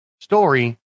story